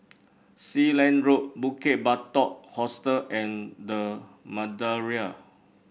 Sealand Road Bukit Batok Hostel and The Madeira